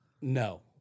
No